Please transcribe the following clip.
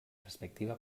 respectiva